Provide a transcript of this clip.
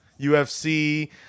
UFC